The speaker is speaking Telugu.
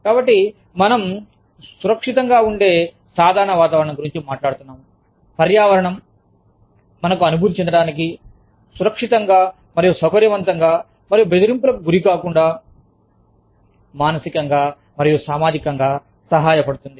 కాబట్టి మనము సురక్షితంగా ఉండే సాధారణ వాతావరణం గురించి మాట్లాడుతున్నాము పర్యావరణం మనకు అనుభూతి చెందడానికి సురక్షితంగా మరియు సౌకర్యవంతంగా మరియు బెదిరింపులకు గురికాకుండా మానసికంగా మరియు సామాజికంగా సహాయపడుతుంది